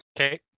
Okay